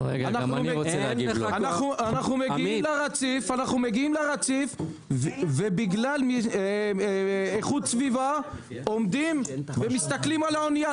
אנחנו מגיעים לרציף ובגלל איכות סביבה עומדים ומסתכלים על האנייה.